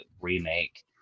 remake